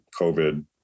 COVID